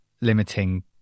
limiting